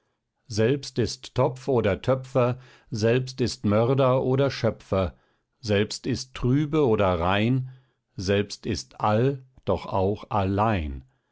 selbst ist topf oder töpfer selbst ist mörder oder schöpfer selbst ist trübe oder rein selbst ist all doch auch all ein